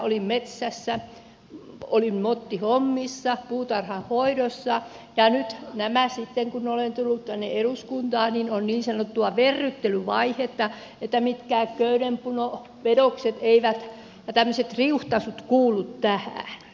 olin metsässä olin mottihommissa puutarhanhoidossa ja nyt tämä sitten kun olen tullut tänne eduskuntaan on niin sanottua verryttelyvaihetta niin että mitkään köydenvedokset eivätkä tämmöiset riuhtaisut kuulu tähän